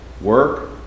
Work